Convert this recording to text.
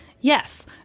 Yes